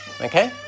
Okay